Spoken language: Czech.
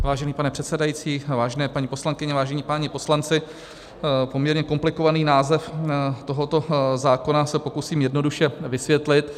Vážený pane předsedající, vážené paní poslankyně, vážení páni poslanci, poměrně komplikovaný název tohoto zákona se pokusím jednoduše vysvětlit.